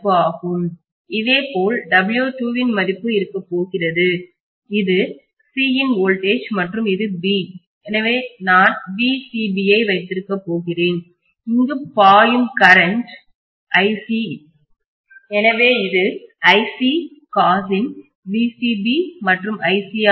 இதேபோல் W2 இன் மதிப்பும் இருக்க போகிறது இது C இன் வோல்டேஜ் மற்றும் இது B எனவே நான் vCB ஐ வைத்திருக்கப் போகிறேன் இங்கு பாயும் கரண்ட் iC எனவே இது iC cos இன் vCB மற்றும் iC ஆக இருக்கும்